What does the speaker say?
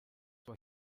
why